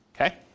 Okay